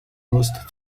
lost